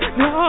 no